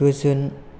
गोजोन